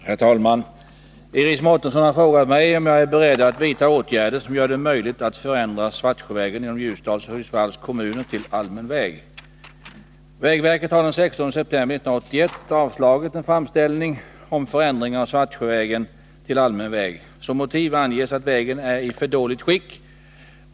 Herr talman! Iris Mårtensson har frågat mig om jag är beredd att vidta åtgärder som gör det möjligt att förändra Svartsjövägen inom Ljusdals och Hudiksvalls kommuner till allmän väg. Vägverket har den 16 september 1981 avslagit en framställning om förändring av Svartsjövägen till allmän väg. Som motiv anges att vägen är i för dåligt skick.